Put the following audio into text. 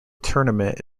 tournament